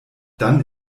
dann